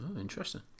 Interesting